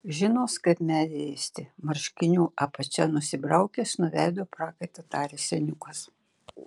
žinos kaip medį ėsti marškinių apačia nusibraukęs nuo veido prakaitą tarė seniukas